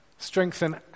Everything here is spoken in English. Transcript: strengthen